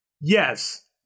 yes